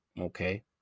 Okay